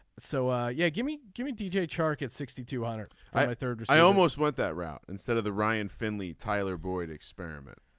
so yeah gimme gimme d j. shark at sixty to honor a third. i almost went that route instead of the ryan finley tyler boyd experiment.